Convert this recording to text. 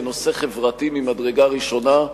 בנושא חברתי ממדרגה ראשונה.